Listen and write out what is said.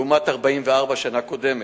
לעומת 44 בשנה הקודמת.